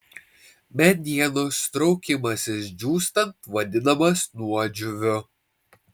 medienos traukimasis džiūstant vadinamas nuodžiūviu